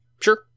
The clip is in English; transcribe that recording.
Sure